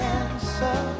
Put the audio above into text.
answer